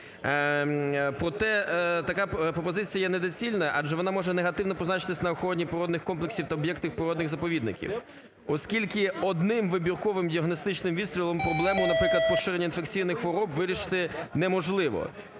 Проте така пропозиція є недоцільна, адже вона може негативно позначитися на охороні природних комплексів та об'єктів природних заповідників. Оскільки одним вибірковим діагностичним відстрілом проблему, наприклад, поширення інфекційних хвороб вирішити неможливо.